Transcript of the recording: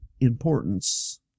importance